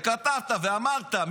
וכתבת ואמרת,